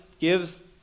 gives